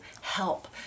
help